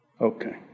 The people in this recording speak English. Okay